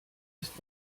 ist